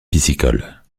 piscicole